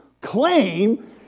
claim